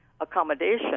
accommodation